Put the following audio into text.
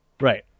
Right